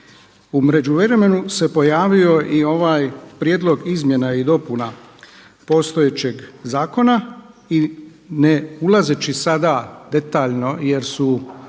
U međuvremenu se pojavio i ovaj prijedlog izmjena i dopuna postojećeg zakona i ne ulazeći sada detaljno jer je